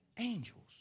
Angels